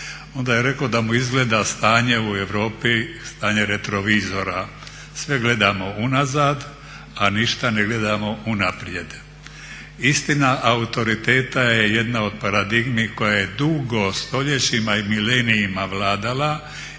onda je rekao da mu izgleda stanje u Europi stanje retrovizora. Sve gledamo unazad a ništa ne gledamo unaprijed. Istina autoriteta je jedna od paradigmi koja je dugo, stoljećima i milenijima vladala